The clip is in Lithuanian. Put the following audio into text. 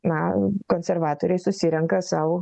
na konservatoriai susirenka sau